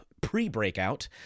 Pre-breakout